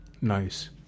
Nice